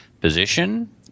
position